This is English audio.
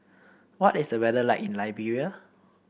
what is the weather like in Liberia